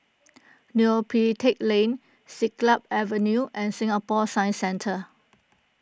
Neo Pee Teck Lane Siglap Avenue and Singapore Science Centre